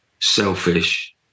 selfish